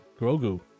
grogu